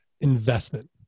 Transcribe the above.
investment